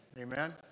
Amen